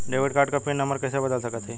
Debit card क pin number कइसे बदल सकत हई?